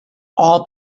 all